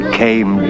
came